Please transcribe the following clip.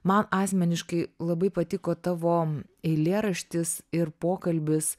man asmeniškai labai patiko tavo eilėraštis ir pokalbis